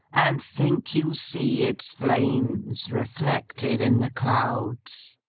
and think you see its flames reflected in the clouds.